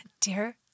Dear